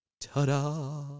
Ta-da